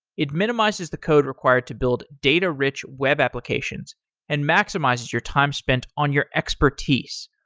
it minimizes the code required to build data-rich web applications and maximizes your time spent on your expertise.